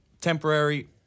temporary